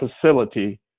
facility